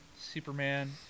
superman